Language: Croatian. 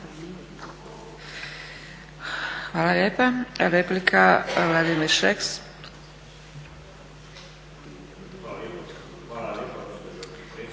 Hvala lijepa. Replika Vladimir Šeks. **Šeks, Vladimir